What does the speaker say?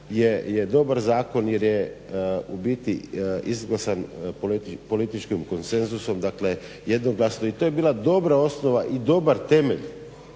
je dobar zakon jer je u biti izglasan političkim konsenzusom dakle jednoglasno i to je bila dobra osnova i dobar temelj